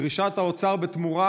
דרישת האוצר בתמורה